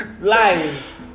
Lies